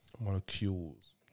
molecules